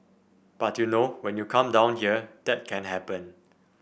but you know when you come down here that can happen